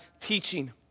teaching